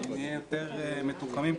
שנהיה יותר מתוחמים,